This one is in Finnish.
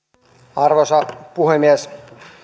arvoisa puhemies